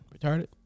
Retarded